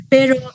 Pero